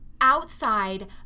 outside